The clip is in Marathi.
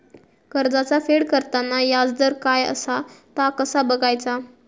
कर्जाचा फेड करताना याजदर काय असा ता कसा बगायचा?